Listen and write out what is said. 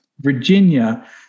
Virginia